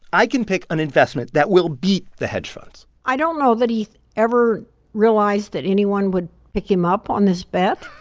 i can pick an investment that will beat the hedge funds i don't know that he ever realized that anyone would pick him up on this bet.